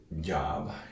job